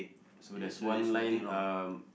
so there's one line um